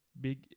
big